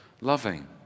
loving